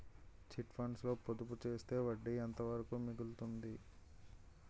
Chit funds లో పొదుపు చేస్తే వడ్డీ ఎంత వరకు మిగులుతుంది?